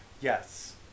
Yes